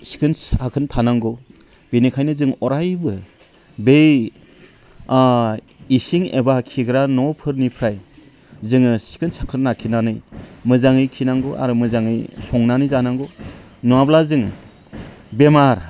सिखोन साखोन थानांगौ बिनिखायनो जों अरायबो बै इसिं एबा खिग्रा न'फोरनिफ्राय जोङो सिखोन साखोन लाखिनानै मोजाङै खिनांगौ आरो मोजाङै संनानै जानांगौ नङाब्ला जोङो बेमार